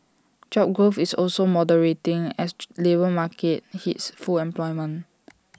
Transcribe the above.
job growth is also moderating as the labour market hits full employment